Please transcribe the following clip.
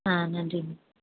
ஆ நன்றிம்மா